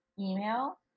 email